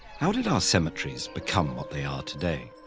how did our cemeteries become what they are today?